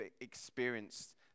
experienced